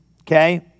Okay